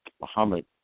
Muhammad